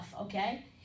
okay